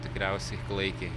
tikriausiai klaikiai